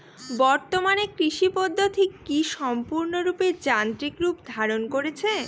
বর্তমানে কৃষি পদ্ধতি কি সম্পূর্ণরূপে যান্ত্রিক রূপ ধারণ করেছে?